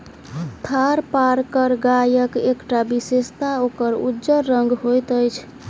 थारपारकर गायक एकटा विशेषता ओकर उज्जर रंग होइत अछि